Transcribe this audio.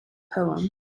poem